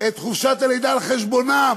את חופשת הלידה על חשבונן?